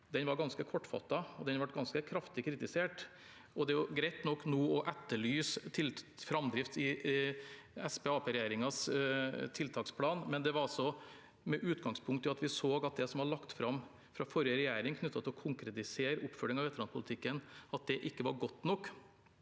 Den var ganske kortfattet, og den ble ganske kraftig kritisert. Det er greit nok nå å etterlyse framdrift i Senterparti–Arbeiderparti-regjeringens tiltaksplan, men det var altså med utgangspunkt i at vi så at det som var lagt fram fra forrige regjering knyttet til å konkretisere oppfølging av veteranpolitikken, ikke var godt nok.